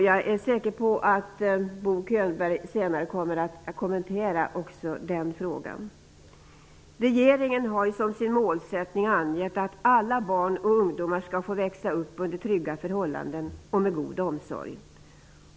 Jag är säker på att Bo Könberg senare kommer att kommentera den frågan. Regeringen har som sin målsättning angett att alla barn och ungdomar skall få växa upp under trygga förhållanden och med god omsorg.